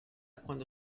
cuando